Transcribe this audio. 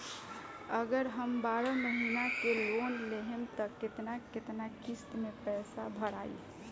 अगर हम बारह महिना के लोन लेहेम त केतना केतना किस्त मे पैसा भराई?